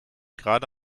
gerade